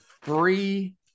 Three